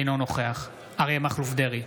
אינו נוכח אריה מכלוף דרעי,